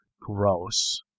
Gross